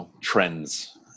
trends